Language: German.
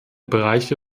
bereiche